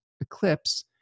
eclipse